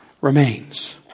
remains